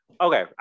Okay